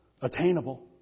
Attainable